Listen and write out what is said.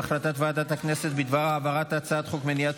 החלטת ועדת הכנסת בדבר העברת הצעת חוק מניעת